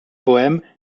poèmes